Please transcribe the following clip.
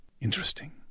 Interesting